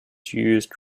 used